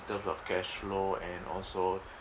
in terms of cash flow and also